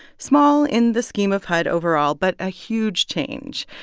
small in the scheme of hud overall but a huge change.